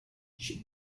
she